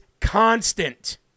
constant